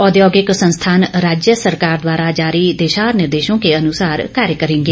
औद्योगिक संस्थान राज्य सरकार द्वारा जारी दिशा निर्देशों के अनुसार कार्य करेंगे